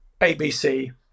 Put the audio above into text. ABC